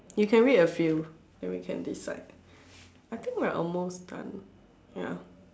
you can wait a few then we can decide I think we are almost done